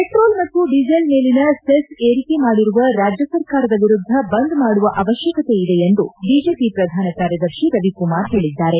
petrol ಮತ್ತು diesel ಮೇಲಿನ cess ಏರಿಕೆ ಮಾಡಿರುವ ರಾಜ್ಯ ಸರ್ಕಾರದ ವಿರುದ್ದ ಬಂದ್ ಮಾಡುವ ಅವಶ್ಯಕತೆ ಇದೆ ಎಂದು ಬಿಜೆಪಿ ಪಧಾನ ಕಾರ್ಯದರ್ತಿ ರವಿಕುಮಾರ್ ಹೇಳಿದ್ದಾರೆ